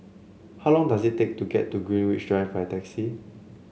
how long does it take to get to Greenwich Drive by taxi